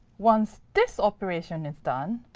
once this operation is done,